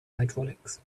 hydraulics